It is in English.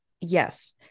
Yes